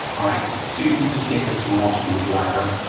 all right? so, you can just take a small screwdriver,